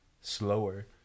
slower